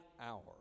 hour